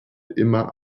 immer